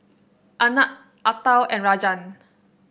Anand Atal and Rajan